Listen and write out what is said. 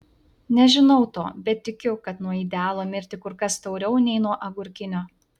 nežinau to bet tikiu kad nuo idealo mirti kur kas tauriau nei nuo agurkinio